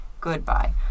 Goodbye